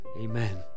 Amen